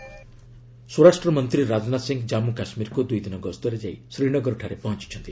ରାଜନାଥ ଜେକେ ସ୍ୱରାଷ୍ଟ୍ରମନ୍ତ୍ରୀ ରାଜନାଥ ସିଂ ଜନ୍ମୁ କାଶ୍ମୀରକୁ ଦୁଇ ଦିନ ଗସ୍ତରେ ଯାଇ ଶ୍ରୀନଗରଠାରେ ପହଞ୍ଚୁଛନ୍ତି